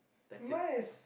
my is